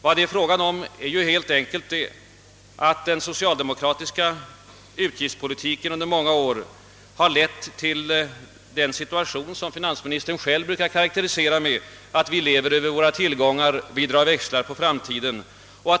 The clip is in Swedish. Här är det helt enkelt fråga om att den socialdemokratiska utgiftspolitiken under många år har försatt oss i en situation, som finansministern själv brukar karakterisera så, att vi lever över våra tillgångar och drar växlar på framtiden.